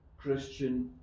Christian